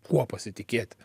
kuo pasitikėti